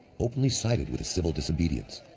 openly sided with the civil disobedience.